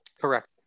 Correct